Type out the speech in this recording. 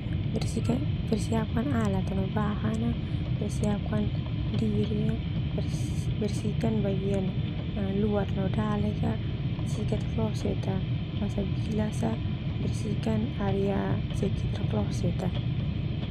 Persiapkan alat ah no bahan ah, persiapkan diri ah, bersi- bersihkan bagian luar ah no dalek ah sikat kloset basa bilas ah, bersihkan area sekitar kloset.